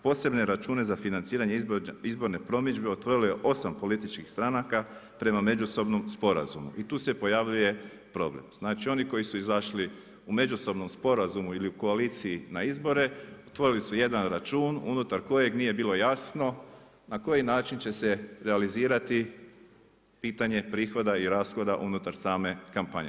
Posebne račune za financiranje izborne promidžbe otvorilo je osam političkih stranaka prema međusobnom sporazumu i tu je pojavljuje problem. znači oni koji su izašli u međusobnom sporazumu ili u koaliciji na izbore otvorili su jedan račun unutar kojeg nije bilo jasno na koji način će se realizirati pitanje prihoda i rashoda unutar same kampanje.